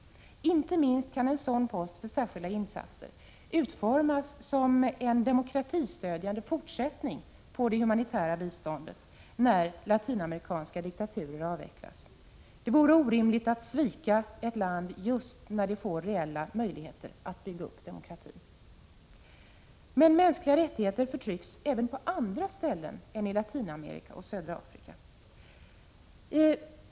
En sådan post för särskilda insatser kan utformas som en demokratistödjande fortsättning på det humanitära biståndet när latinamerikanska diktaturer avvecklas. Det vore orimligt att svika ett land just när det får reella möjligheter att bygga upp demokratin. Men människor förtrycks även på andra ställen än i Latinamerika och södra Afrika.